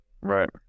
Right